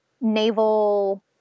naval